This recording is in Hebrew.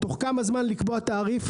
בתוך כמה זמן היא תקבע תעריף,